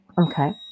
okay